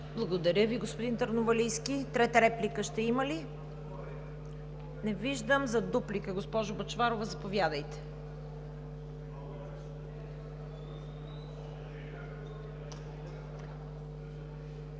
Благодаря Ви, господин Търновалийски. Трета реплика ще има ли? Не виждам. За дуплика – госпожо Бъчварова, заповядайте. СВЕТЛА